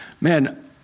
man